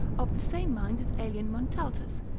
of the same mind is aelian montaltus,